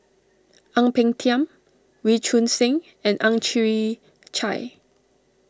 Ang Peng Tiam Wee Choon Seng and Ang Chwee Chai